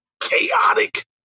chaotic